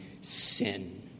sin